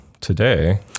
today